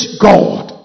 God